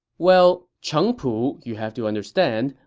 well, cheng pu, you have to understand,